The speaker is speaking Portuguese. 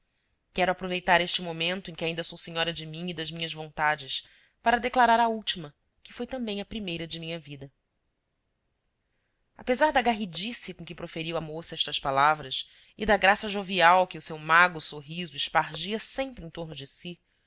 quero aproveitar este momento em que ainda sou senhora de mim e das minhas vontades para declarar a última que foi também a primeira de minha vida apesar da garridice com que proferiu a moça estas palavras e da graça jovial que o seu mago sorriso espargia sempre em torno de si